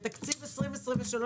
בתקציב 2023,